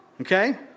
Okay